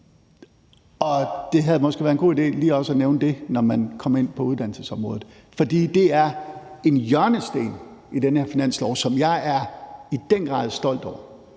Det havde måske været en god idé også lige at nævne det, når man kom ind på uddannelsesområdet, for det er en hjørnesten i den her finanslov, som jeg i den grad er stolt over.